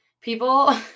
People